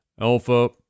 Alpha